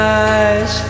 eyes